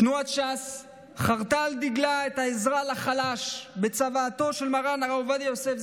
תנועת ש"ס חרטה על דגלה את העזרה לחלש בצוואתו של מר"ן הרב עובדיה יוסף,